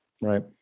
right